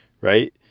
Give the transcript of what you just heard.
right